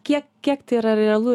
kiek kiek tai yra realu